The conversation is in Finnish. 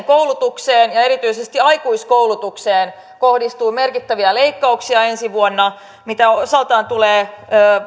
koulutukseen ja erityisesti aikuiskoulutukseen kohdistuu merkittäviä leikkauksia ensi vuonna mikä osaltaan tulee